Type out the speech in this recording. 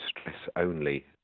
stress-only